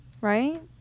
right